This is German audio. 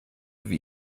wie